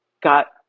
got